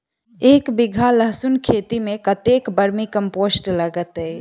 एक बीघा लहसून खेती मे कतेक बर्मी कम्पोस्ट लागतै?